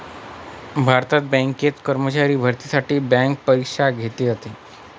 भारतात बँकेत कर्मचारी भरतीसाठी बँक परीक्षा घेतली जाते